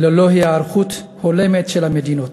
ללא היערכות הולמת של המדינות.